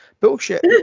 Bullshit